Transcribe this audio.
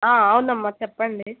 అవును అమ్మ చెప్పండి